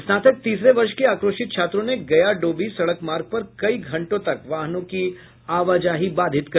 स्नातक तीसरे वर्ष के आक्रोशित छात्रों ने गया डोभी सड़क मार्ग पर कई घंटों तक वाहनों की आवाजाही बाधित की